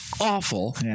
awful